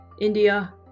India